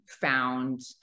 found